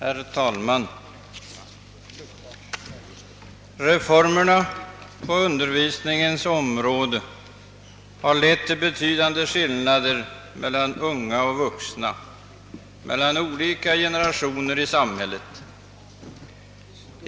Herr talman! Reformerna på undervisningens område har lett till betydande skillnader mellan unga människor och vuxna och mellan olika generationer i samhället.